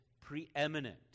preeminent